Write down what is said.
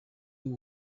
yesu